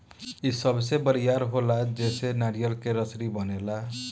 इ सबसे बड़ी बरियार होला जेसे नारियर के रसरी बनेला